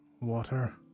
water